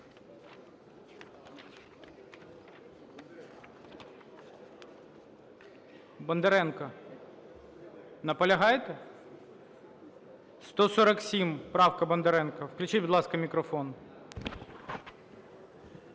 Бондаренко, наполягаєте? 147 правка Бондаренка. Включіть, будь ласка, мікрофон.